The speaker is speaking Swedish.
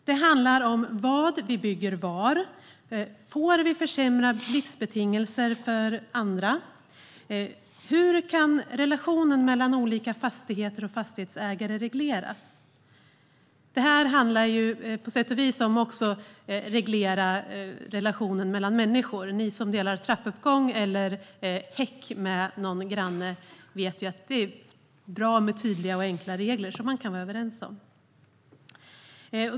Det handlar om vad vi bygger var, om vi får försämra livsbetingelser för andra och hur relationen mellan olika fastigheter och fastighetsägare kan regleras. Det handlar på sätt och vis också om att reglera relationen mellan människor. Ni som delar trappuppgång eller häck med någon granne vet ju att det är bra med tydliga och enkla regler som man kan vara överens om.